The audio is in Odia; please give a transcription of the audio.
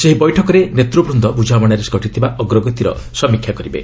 ସେହି ବୈଠକରେ ନେତୃବୃନ୍ଦ ବୁଝାମଣାରେ ଘଟିଥିବା ଅଗ୍ରଗତିର ସମୀକ୍ଷା କରିବେ